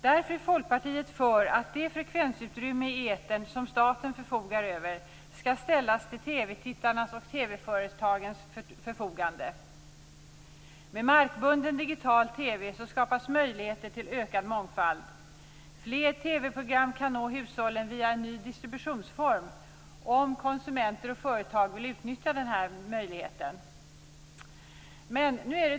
Därför är Folkpartiet för att det frekvensutrymme i etern som staten förfogar över ställs till TV-tittarnas och TV-företagens förfogande. Med markbunden digital-TV skapas möjligheter till ökad mångfald. Fler TV-program kan nå hushållen via en ny distributionsform, om konsumenter och företag vill utnyttja den möjligheten.